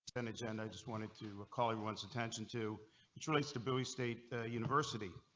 and agenda just wanted to call you once attention to detroit stability state university.